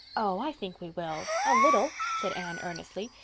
oh, i think we will. a little, said anne earnestly.